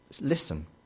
listen